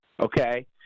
Okay